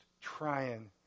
trying